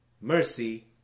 mercy